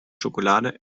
schokolade